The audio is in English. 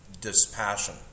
dispassion